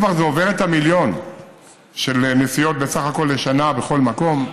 כבר זה עובר מיליון נסיעות בסך הכול לשנה בכל מקום.